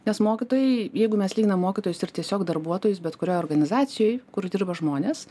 nes mokytojai jeigu mes lyginam mokytojus ir tiesiog darbuotojus bet kurioj organizacijoj kur dirba žmonės